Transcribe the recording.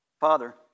Father